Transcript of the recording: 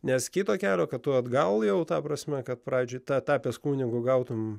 nes kito kelio kad tu atgal jau ta prasme kad pradžiai tą tapęs kunigu gautumum